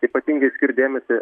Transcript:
ypatingai skirt dėmesį